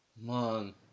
Man